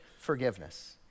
forgiveness